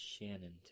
Shannon